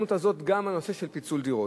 בהזדמנות הזאת גם נושא של פיצול דירות,